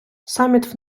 саміт